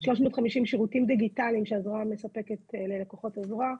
350 שירותים דיגיטליים שהזרוע מספקת ללקוחות הזרוע.